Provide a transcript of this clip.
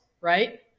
right